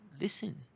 listen